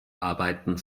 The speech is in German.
arbeiten